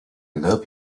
love